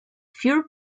fewer